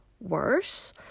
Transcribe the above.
worse